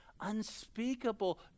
Unspeakable